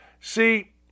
See